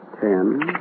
ten